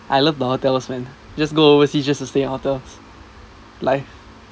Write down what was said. I love the hotels man just go overseas just to stay at hotels life